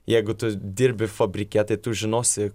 jeigu tu dirbi fabrike tai tu žinosi